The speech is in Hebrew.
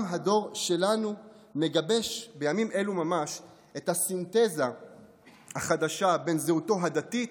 גם הדור שלנו מגבש בימים אלו ממש את הסינתזה החדשה בין זהותו הדתית,